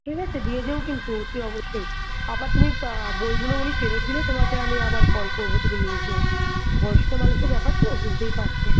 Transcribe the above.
ঠিক আছে দিয়ে যেও কিন্তু অতি অবশ্যই আবার তুমি বইগুলো উনি ফেরত দিলে তোমাকে আমি আবার কল করব তুমি নিয়ে যেও বয়স্ক মানুষের ব্যাপার তো বুঝতেই পারছ